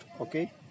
Okay